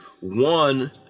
One